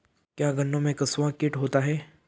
क्या गन्नों में कंसुआ कीट होता है?